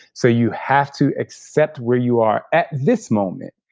so you have to accept where you are at this moment.